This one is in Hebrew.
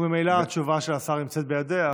וממילא התשובה של השר נמצאת בידיה,